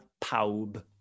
paub